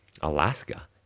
Alaska